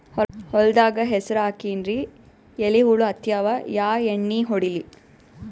ಹೊಲದಾಗ ಹೆಸರ ಹಾಕಿನ್ರಿ, ಎಲಿ ಹುಳ ಹತ್ಯಾವ, ಯಾ ಎಣ್ಣೀ ಹೊಡಿಲಿ?